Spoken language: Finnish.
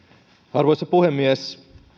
arvoisa puhemies